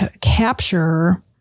capture